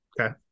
Okay